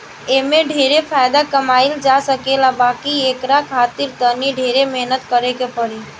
एमे ढेरे फायदा कमाई जा सकेला बाकी एकरा खातिर तनी ढेरे मेहनत करे के पड़ी